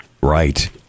Right